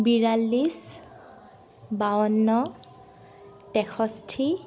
বিৰাল্লিছ বাৱন্ন তেষষ্টি